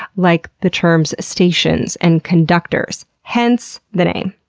like the terms stations and conductors, hence the name.